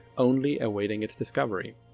only awaiting its discovery?